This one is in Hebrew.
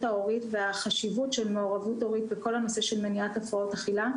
ההורית והחשיבות של מעורבות הורית בכל הנושא של מניעת הפרעות אכילה,